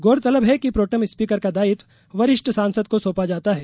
गौरतलब है कि प्रोटेम स्पीकर का दायित्व वरिष्ठ सांसद को सौंपा जाता है